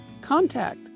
Contact